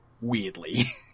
weirdly